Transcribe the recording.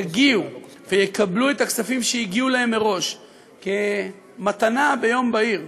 יגיעו ויקבלו את הכספים שהגיעו להם מראש כמתנה ביום בהיר,